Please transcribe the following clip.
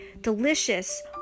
delicious